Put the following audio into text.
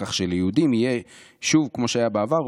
כך שליהודים יהיה שוב כמו שהיה בעבר,